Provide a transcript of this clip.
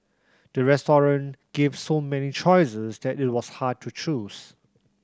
the restaurant gave so many choices that it was hard to choose